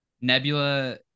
Nebula